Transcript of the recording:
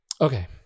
okay